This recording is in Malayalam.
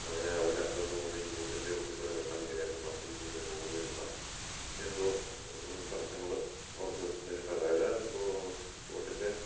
അങ്ങനെ അവരുടെ അശ്രദ്ധ മൂലം ഈ ബോട്ടിൻ്റെ ഉള്ളിൽ കൂടെ വെള്ളം കയറിയത് പമ്പ് ചെയ്തു പോകുന്നതിനുള്ള എന്തോ തടസ്സങ്ങൾ അവർക്ക് നേരിട്ടു അതായത് ബോട്ടിൻ്റെ